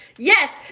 Yes